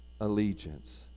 allegiance